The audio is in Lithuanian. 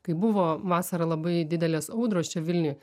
kai buvo vasarą labai didelės audros čia vilniuj